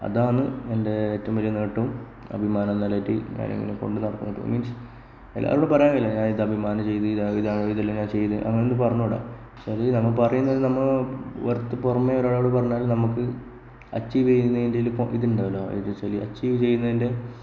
അതാണ് എൻറെ ഏറ്റവുംവലിയ നേട്ടം അഭിമാനം എന്നാലായിട്ട് ഞാൻ ഇങ്ങനെ കൊണ്ടുനടക്കുന്നത് മീൻസ് എല്ലാവരോടും പറയാനല്ല ഞാൻ ഈ അഭിമാനം ചെയ്ത് ഇതെല്ലാം ഞാൻ ചെയ്തത് എന്നു വെച്ചാല് നമ്മൾ പറയുന്നത് നമ്മളെ വെറുത്ത് പുറമെ പറഞ്ഞാലും നമുക്ക് അച്ചീവ് ചെയ്യുന്നതിൻറെ ഇതിലിപ്പോൾ ഇതുണ്ടാകുമല്ലൊ എന്ന് വെച്ചാല് അച്ചീവ് ചെയ്യുന്നതിൻറെ